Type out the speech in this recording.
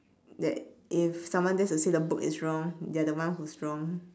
that if someone dares to say the book is wrong they are the one who's wrong